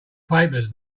papers